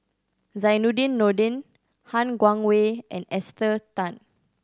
Zainudin Nordin Han Guangwei and Esther Tan